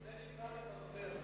זה נקרא לברבר.